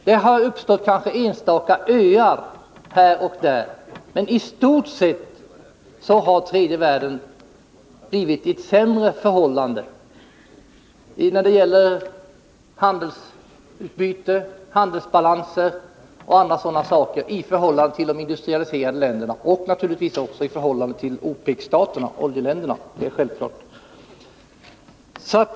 Det har kanske uppstått enstaka öar här och där, men i stort har tredje världen när det gäller handelsutbyte, handelsbalanser etc. kommit i ett sämre läge i förhållande till de industrialiserade länderna och — det är självklart — till OPEC-staterna.